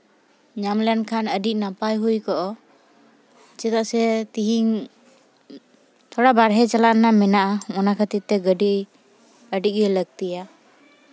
ᱧᱟᱢ ᱞᱮᱱᱠᱷᱟᱱ ᱟᱹᱰᱤ ᱱᱟᱯᱟᱭ ᱦᱩᱭ ᱠᱚᱜᱼᱟ ᱪᱮᱫᱟᱜ ᱥᱮ ᱛᱮᱦᱮᱧ ᱛᱷᱚᱲᱟ ᱵᱟᱦᱨᱮ ᱪᱟᱞᱟᱜ ᱨᱮᱱᱟᱜ ᱢᱮᱱᱟᱜᱼᱟ ᱚᱱᱟ ᱠᱷᱟᱹᱛᱤᱨ ᱛᱮ ᱜᱟᱹᱰᱤ ᱟᱹᱰᱤᱜᱮ ᱞᱟᱹᱠᱛᱤᱭᱟ